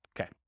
Okay